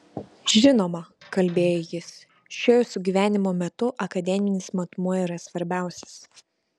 žinoma kalbėjo jis šiuo jūsų gyvenimo metu akademinis matmuo yra svarbiausias